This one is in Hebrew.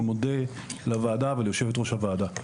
אני מודה לוועדה וליושבת-ראש הוועדה.